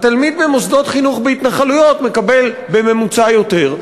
והתלמיד במוסדות חינוך בהתנחלויות מקבל בממוצע יותר.